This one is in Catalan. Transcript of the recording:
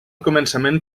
començament